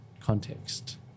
context